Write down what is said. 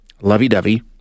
lovey-dovey